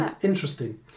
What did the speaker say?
interesting